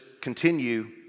continue